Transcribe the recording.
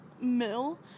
mill